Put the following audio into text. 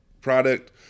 product